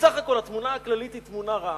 בסך הכול התמונה הכללית היא תמונה רעה.